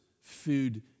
food